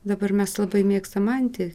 dabar mes labai mėgstam antį